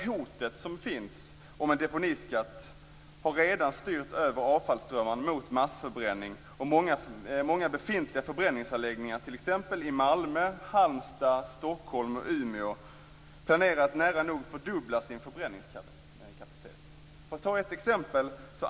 Hotet som finns om en deponiskatt har redan styrt över avfallsströmmen mot massförbränning, och många befintliga förbränningsanläggningar, t.ex. i Malmö, Halmstad, Stockholm och Umeå, planerar att nära nog fördubbla sin förbränningskapacitet.